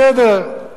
בסדר,